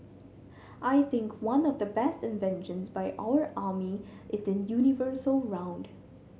I think one of the best inventions by our army is the universal round